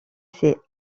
ces